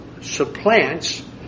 supplants